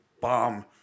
bomb